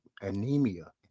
Anemia